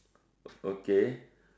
okay